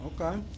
Okay